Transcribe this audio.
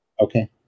Okay